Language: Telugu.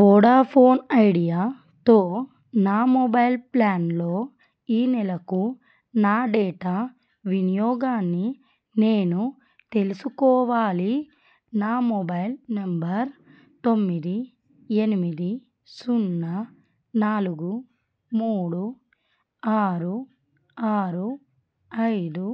వొడాఫోన్ ఐడియాతో నా మొబైల్ ప్లాన్లో ఈ నెలకు నా డేటా వినియోగాన్ని నేను తెలుసుకోవాలి నా మొబైల్ నెంబర్ తొమ్మిది ఎనిమిది సున్నా నాలుగు మూడు ఆరు ఆరు ఐదు